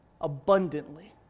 abundantly